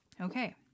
Okay